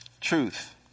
truth